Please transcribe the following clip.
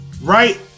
Right